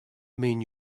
mean